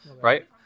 right